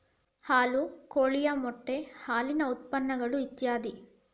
ಹಾಲು ಕೋಳಿಯ ಮೊಟ್ಟೆ ಹಾಲಿನ ಉತ್ಪನ್ನಗಳು ಇತ್ಯಾದಿ